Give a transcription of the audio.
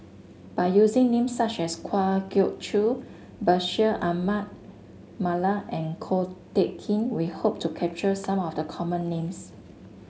by using name such as Kwa Geok Choo Bashir Ahmad Mallal and Ko Teck Kin we hope to capture some of the common names